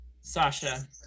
Sasha